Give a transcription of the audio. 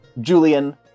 Julian